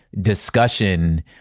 Discussion